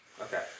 Okay